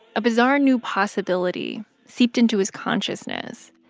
a bizarre new possibility seeped into his consciousness.